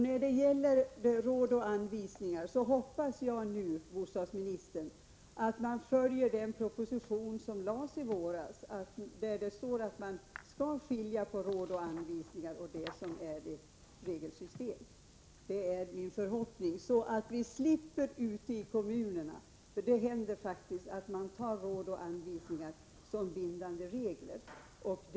När det gäller råd och anvisningar hoppas jag nu, bostadsministern, att man följer den proposition som lades fram i våras där det står att man skall skilja på det som är råd och anvisningar och det som är ett regelsystem, så att vi slipper det förhållandet att man ute i kommunerna tar råd och anvisningar som bindande regler, vilket faktiskt händer.